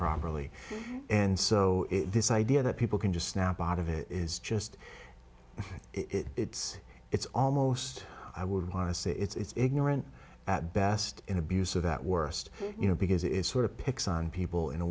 properly and so this idea that people can just snap out of it is just it's it's almost i would want to say it's ignorant at best in abusive at worst you know because it is sort of picks on people in a